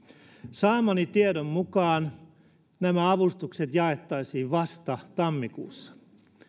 saamani tiedon mukaan nämä avustukset jaettaisiin vasta tammikuussa